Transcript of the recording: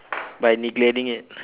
by neglecting it